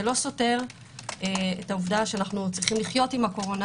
זה לא סותר שאנחנו צריכים ללמוד לחיות עם הקורונה.